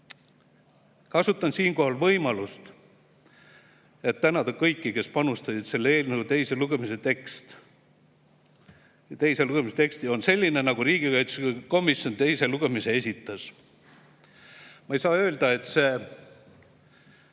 Kasutan siinkohal võimalust, et tänada kõiki, kes panustasid selle eelnõu teise lugemise teksti. Ja teise lugemise tekst on selline, nagu riigikaitsekomisjon teisel lugemisel esitas. Ma ei saa öelda, et see